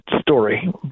story